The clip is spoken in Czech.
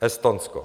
Estonsko.